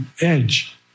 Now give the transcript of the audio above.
edge